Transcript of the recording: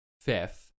fifth